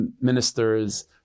ministers